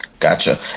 Gotcha